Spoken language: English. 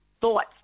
thoughts